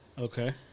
Okay